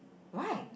why